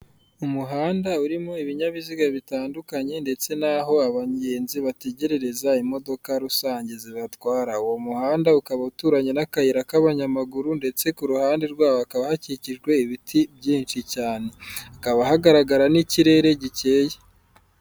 Umuhanda urimo ibinyabiziga bitandukanye ndetse n'aho abagenzi bategerereza imodoka rusenge zibatwara, uwo muhanda ukaba uturanye n'akayira k'abanyamaguru ndetse ku ruhande rwawo hakaba hakikijwe ibiti byinshi cyane. Hakaba hagaragara n'ikirere gikeye.